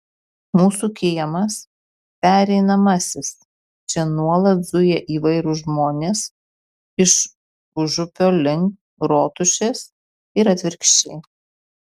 mūsų kiemas pereinamasis čia nuolat zuja įvairūs žmonės iš užupio link rotušės ir atvirkščiai